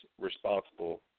responsible